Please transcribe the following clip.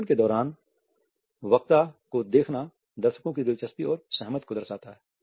भाषण के दौरान वक्ता को देखना दर्शकों की दिलचस्पी और सहमति को दर्शाता है